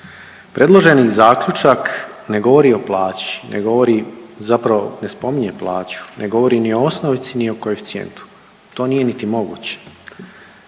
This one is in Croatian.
Predloženi zaključak ne govori o plaći, ne govori zapravo ne spominje plaću, ne govori ni o osnovici ni o koeficijentu, to nije niti moguće,